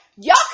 Y'all